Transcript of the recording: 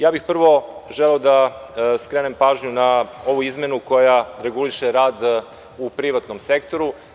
Ja bih prvo želeo da skrenem pažnju na ovu izmenu koja reguliše rad u privatnom sektoru.